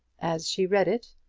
as she read it,